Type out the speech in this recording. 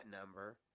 number